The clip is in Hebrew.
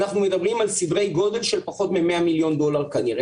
אנחנו מדברים על סדרי גודל של פחות מ-100 מיליון דולר כנראה.